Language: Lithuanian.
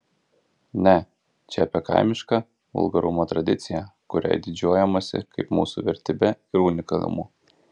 ne čia apie kaimišką vulgarumo tradiciją kuria didžiuojamasi kaip mūsų vertybe ir unikalumu